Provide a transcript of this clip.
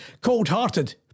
Cold-hearted